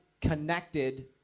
connected